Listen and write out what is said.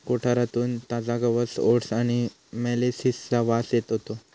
कोठारातून ताजा गवत ओट्स आणि मोलॅसिसचा वास येत होतो